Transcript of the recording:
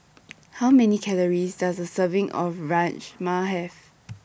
How Many Calories Does A Serving of Rajma Have